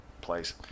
place